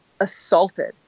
assaulted